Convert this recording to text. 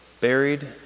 buried